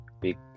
big